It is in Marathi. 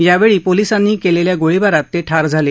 यावेळी पोलिसांनी केलेल्या गोळीबारात ते ठार झाले